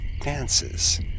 dances